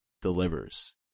delivers